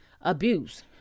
abuse